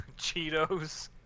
Cheetos